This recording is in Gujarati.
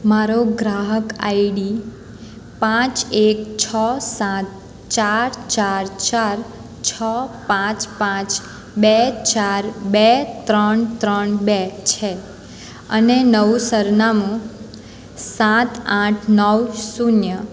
મારો ગ્રાહક આઈડી પાંચ એક છ સાત ચાર ચાર ચાર છ પાંચ પાંચ બે ચાર બે ત્રણ ત્રણ બે છે અને નવું સરનામું સાત આઠ નવ શૂન્ય